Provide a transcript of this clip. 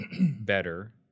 better